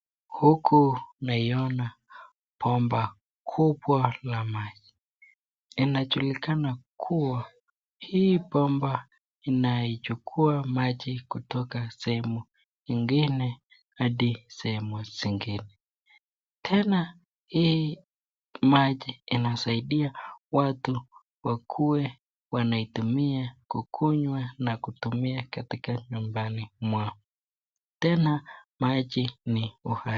Huku naiona bomba kubwa la maji, inajulikana kuwa, hii bomba inaichukua maji kutoka sehemu nyingine hadi sehemu zingine, tena hii maji inasaidia watu wakue wanaitumia kukunywa na utumia katika nyumbani mwao. Tena maji ni uhai.